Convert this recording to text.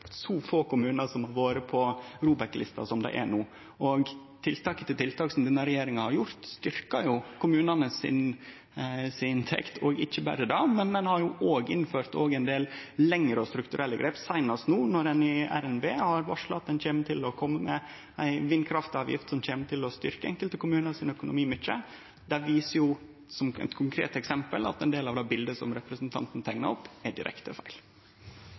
til kommunane. Og ikkje berre det: Ein har òg innført ein del lengre og strukturelle grep, seinast no i RNB der ein har varsla at ein kjem til å kome med ei vindkraftavgift som kjem til å styrkje enkelte kommunar sin økonomi mykje. Det viser med eit konkret eksempel at ein del av det biletet som representanten teiknar opp, er direkte feil.